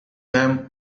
them